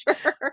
sure